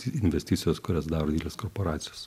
investicijos kurias daro didelės korporacijos